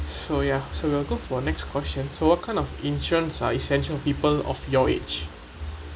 so ya so we'll go for next question so what kind of insurance are essential people of your age